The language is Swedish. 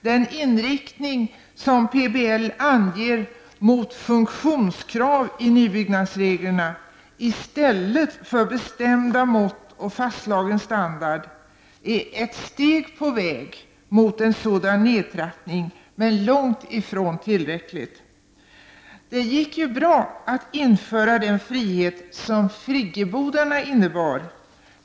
Den inriktning som anges i PBL mot funktionskrav i nybyggnadsreglerna i stället för bestämda mått och fastslagen standard är ett steg på väg mot en nedtrappning men långt ifrån tillräckligt. Det gick ju bra att införa den frihet som friggebodarna innebar.